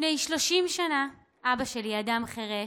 לפני 30 שנה אבא שלי, אדם חירש,